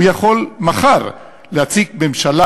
הוא יכול מחר להציג כאן ממשלה,